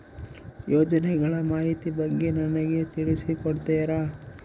ಯೋಜನೆಗಳ ಮಾಹಿತಿ ಬಗ್ಗೆ ನನಗೆ ತಿಳಿಸಿ ಕೊಡ್ತೇರಾ?